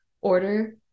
order